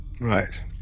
right